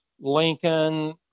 Lincoln